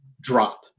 drop